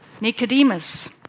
Nicodemus